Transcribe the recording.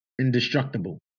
Indestructible